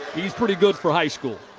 he's pretty good for high school.